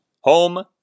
home